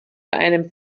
einem